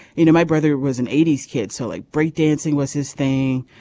you know my brother was an eighty s kid so like break dancing was his thing.